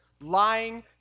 lying